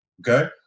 Okay